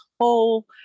whole